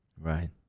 Right